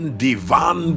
divan